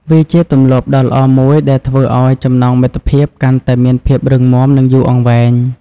វាជាទម្លាប់ដ៏ល្អមួយដែលធ្វើឲ្យចំណងមិត្តភាពកាន់តែមានភាពរឹងមាំនិងយូរអង្វែង។